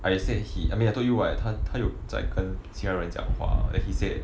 I said he I mean I told you [what] 他他有在跟其他人讲话 like he said